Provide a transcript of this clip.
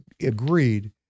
agreed